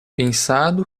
pensado